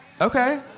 Okay